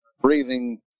breathing